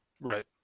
Right